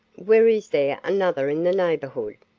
where is there another in the neighborhood?